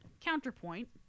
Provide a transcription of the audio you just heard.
counterpoint